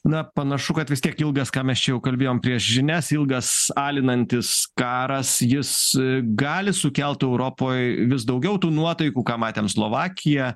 na panašu kad vis tiek ilgas ką mes čia jau kalbėjom prieš žinias ilgas alinantis karas jis gali sukelt europoj vis daugiau tų nuotaikų ką matėm slovakija